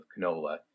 canola